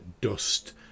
dust